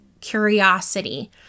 curiosity